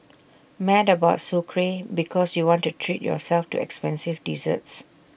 mad about Sucre because you want to treat yourself to expensive desserts